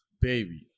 Baby